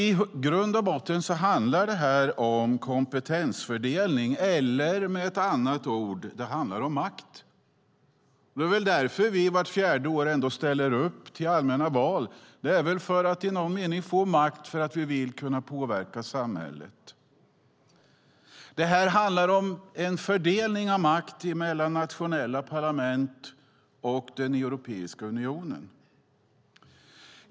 I grund och botten handlar det om kompetensfördelning, eller med andra ord handlar det om makt. Det är väl för att vi vill få makt att kunna påverka samhället som vi vart fjärde år ställer upp i allmänna val. Det här handlar om en fördelning av makt mellan nationella parlament och den europeiska unionen.